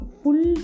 full